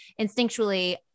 instinctually